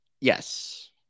Yes